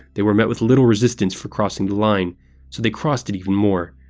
they were met with little resistance for crossing the line, so they crossed it even more.